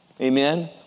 Amen